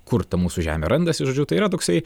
kur ta mūsų žemė randasi žodžiu tai yra toksai